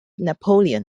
napoleon